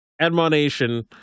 Admonition